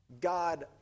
God